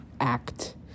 act